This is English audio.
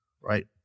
right